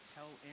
Tell